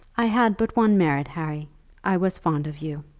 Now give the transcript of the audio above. i had but one merit, harry i was fond of you.